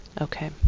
Okay